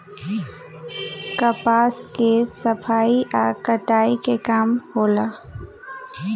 कपास के सफाई आ कताई के काम होला